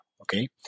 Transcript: Okay